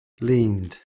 leaned